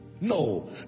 No